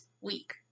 week